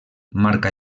marca